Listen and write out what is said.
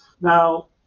Now